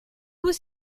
was